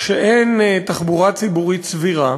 כשאין תחבורה ציבורית סבירה,